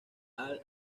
all